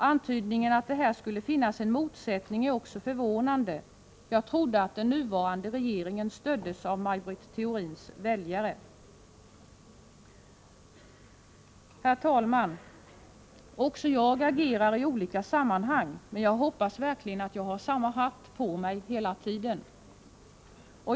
Antydningen att det här skulle finnas en motsättning är också förvånande. Jag trodde att den nuvarande regeringen stöddes av Maj Britt Theorins väljare. Herr talman! Också jag agerar i olika sammanhang, men jag hoppas verkligen att jag har samma hatt på mig hela tiden.